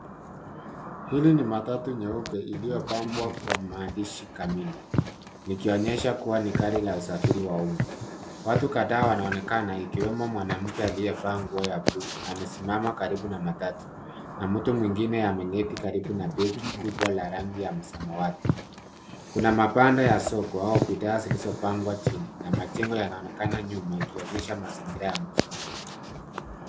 Hili ni matatu nyeupe iliyopambwa kwa maandishi kamili likionyesha kuwa ni gari la usafiri wa uma. Watu kadhaa wanaonekana ikiwemo mwanamke aliyevaa nguo ya buluu amesimama karibu na matatu na mtu mwingine ameketi karibu na begi kubwa la rangi ya samawati. Kuna mabanda ya soko au bidhaa zilizopangwa chini na majengo yanaonekana nyuma yakionyesha mazingira ya mjini.